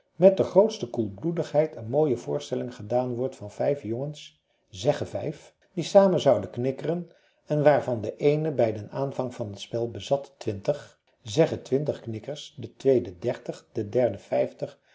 met de grootste koelbloedigheid een mooie voorstelling gedaan wordt van vijf jongens zegge vijf die te zamen zouden knikkeren en waarvan de eene bij den aanvang van t spel bezat zegge knikkers de tweede de derde